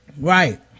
right